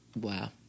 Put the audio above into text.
Wow